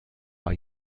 war